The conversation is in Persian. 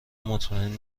مطمئن